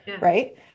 right